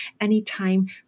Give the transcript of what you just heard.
anytime